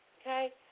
Okay